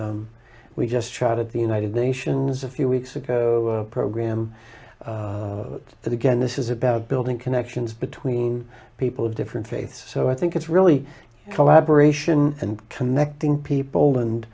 world we just tried it the united nations a few weeks ago a program that again this is about building connections between people of different faiths so i think it's really collaboration and connecting people and